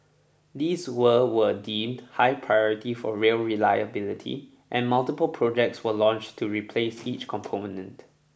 these were were deemed high priority for rail reliability and multiple projects were launched to replace each component